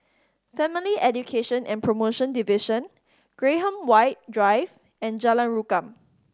Family Education and Promotion Division Graham White Drive and Jalan Rukam